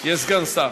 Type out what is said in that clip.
יש סגן שר.